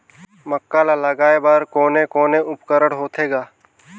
मक्का ला लगाय बर कोने कोने उपकरण होथे ग?